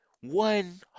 one